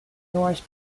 north